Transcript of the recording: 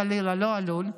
חלילה לא עלול,